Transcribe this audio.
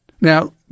Now